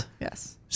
yes